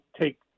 take